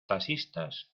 taxistas